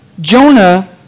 Jonah